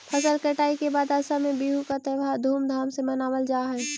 फसल कटाई के बाद असम में बिहू का त्योहार धूमधाम से मनावल जा हई